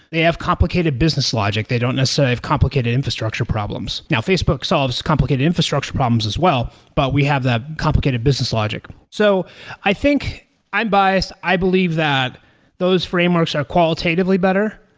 they have complicated business logic. they don't necessarily have complicated infrastructure problems. now, facebook solves complicated infrastructure problems as well, but we have the complicated business logic. so i think i'm biased. i believe that those frameworks are qualitatively better.